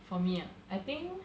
for me I think